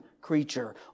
creature